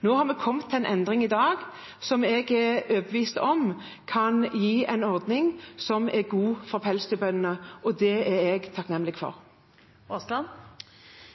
har i dag kommet til en endring som jeg er overbevist om kan gi en ordning som er god for pelsdyrbøndene – og det er jeg takknemlig for. Med